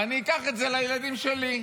ואני אקח את זה לילדים שלי.